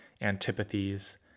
antipathies